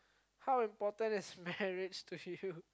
how important is marriage to you